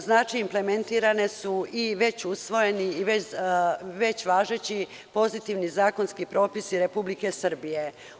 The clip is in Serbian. Znači, implementirane su i već usvojeni i već važeći pozitivni zakonski propisi Republike Srbije.